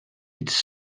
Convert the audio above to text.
its